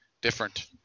different